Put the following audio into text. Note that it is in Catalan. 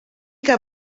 que